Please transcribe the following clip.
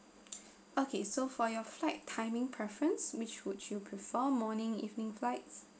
okay so for your flight timing preference which would you prefer morning evening flights